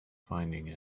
finding